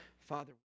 Father